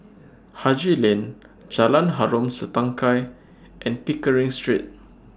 Haji Lane Jalan Harom Setangkai and Pickering Street